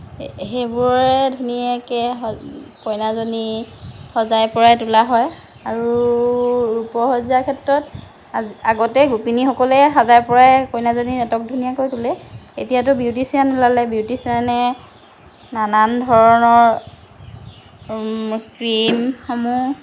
সেই সেইবোৰে ধুনীয়াকৈ কইনাজনী সজাই পৰাই তুলা হয় আৰু ৰূপসজ্জাৰ ক্ষেত্ৰত আজি আগতে গোপিনীসকলেই সজাই পৰাই কইনাজনীক আটক ধুনীয়া কৰি তোলে এতিয়াটো বিউটিচিয়ান ওলালে বিউটিচিয়ানে নানান ধৰণৰ ক্ৰীমসমূহ